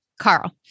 Carl